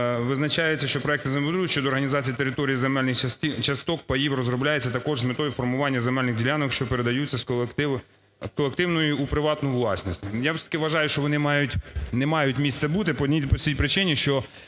визначається, що проекти землеустрою щодо організації території земельних часток (паїв) розробляються також з метою формування земельних ділянок, що передаються з колективної у приватну власність. Я все-таки вважаю, що вони не мають місце бути по одній простій